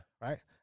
Right